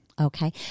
Okay